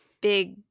big